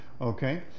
okay